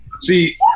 see